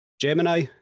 Gemini